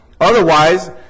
Otherwise